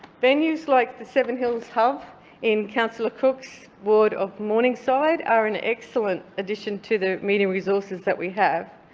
venues like the seven hills hub in councillor cook's ward of morningside are an excellent addition to the meeting resources that we have,